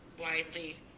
widely